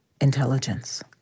intelligence